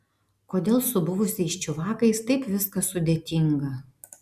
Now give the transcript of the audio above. kodėl su buvusiais čiuvakais taip viskas sudėtinga